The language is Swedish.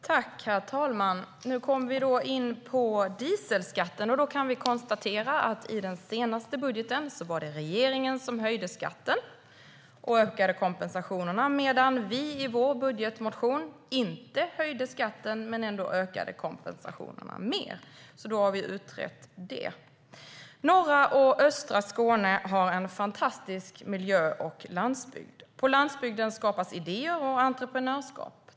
Herr talman! Nu kommer vi in på dieselskatten. Vi kan konstatera att i den senaste budgeten var det regeringen som höjde skatten och ökade kompensationerna, medan vi i vår budgetmotion inte höjde skatten men ändå ökade kompensationerna mer. Då är det utrett. Norra och östra Skåne har en fantastisk miljö och landsbygd. På landsbygden skapas idéer och där råder entreprenörskap.